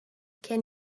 can